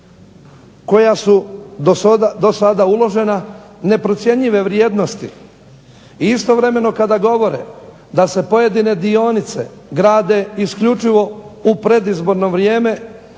koja su do sada uložena, neprocjenjive vrijednosti i istovremeno kada govore da se pojedine dionice grade isključivo u predizborno vrijeme